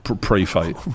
pre-fight